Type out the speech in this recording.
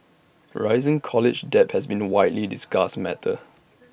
rising college debt has been A widely discussed matter